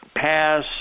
Pass